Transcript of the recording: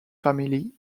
family